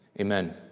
amen